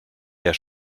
der